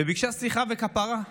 וביקשה סליחה וכפרה.